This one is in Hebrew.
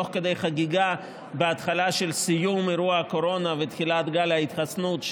תוך כדי חגיגה בהתחלה של סיום אירוע הקורונה ותחילת גל ההתחסנות,